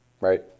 right